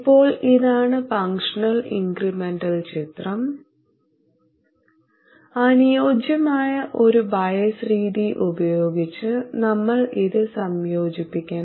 ഇപ്പോൾ ഇതാണ് functional incremental ചിത്രം അനുയോജ്യമായ ഒരു ബയസ് രീതി ഉപയോഗിച്ച് നമ്മൾ ഇത് സംയോജിപ്പിക്കണം